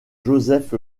joseph